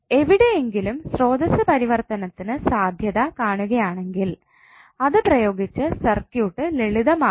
എവിടെയെങ്കിലും സ്രോതസ്സ് പരിവർത്തനത്തിന് സാധ്യത കാണുകയാണെങ്കിൽ അത് പ്രയോഗിച്ച് സർക്യൂട്ട് ലളിതമാക്കുക